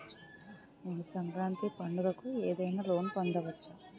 నేను సంక్రాంతి పండగ కు ఏదైనా లోన్ పొందవచ్చా?